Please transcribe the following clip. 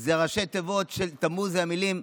זה ראשי תיבות, תמוז זה המילים: